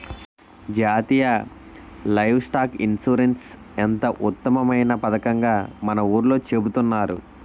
జాతీయ livestock insurance ఎంతో ఉత్తమమైన పదకంగా మన ఊర్లో చెబుతున్నారు